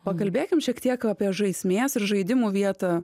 pakalbėkim šiek tiek apie žaismės ir žaidimų vietą